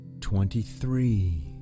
twenty-three